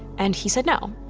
and he said no,